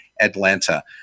Atlanta